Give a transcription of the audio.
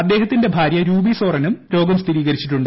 അദ്ദേഹത്തിന്റെ ഭാര്യ രൂപി സോറനും രോഗം സ്ഥിരീകരിച്ചിട്ടുണ്ട്